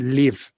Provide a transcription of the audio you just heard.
live